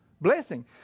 blessing